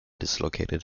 dislocated